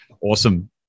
Awesome